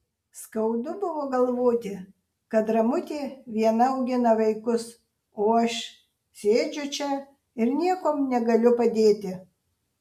skaudu buvo galvoti kad ramutė viena augina vaikus o aš sėdžiu čia ir niekuom negaliu padėti